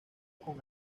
con